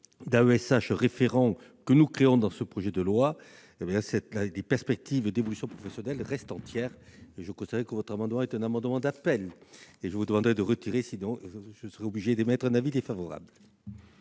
d'AESH référents, que nous créons dans le projet de loi, les perspectives d'évolution professionnelle restent entières. Je considère votre amendement comme un amendement d'appel. Je vous suggère donc de le retirer, faute de quoi je serais obligé d'émettre un avis défavorable.